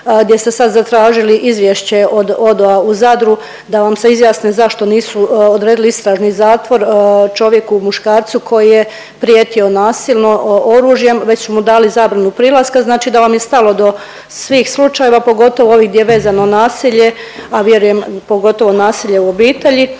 gdje ste sad zatražili izvješće od ODO-a u Zadru da vam se izjasne zašto nisu odredili istražni zatvor čovjeku i muškarcu koji je prijetio nasilno oružjem već su mu dali zabranu prilaska. Znači da vam je stalo do svih slučajeva pogotovo ovih gdje je vezano nasilje, a vjerujem pogotovo nasilje u obitelji.